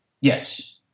Yes